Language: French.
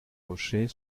rocher